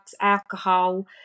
alcohol